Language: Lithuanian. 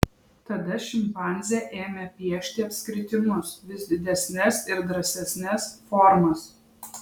tada šimpanzė ėmė piešti apskritimus vis didesnes ir drąsesnes formas